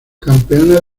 campeona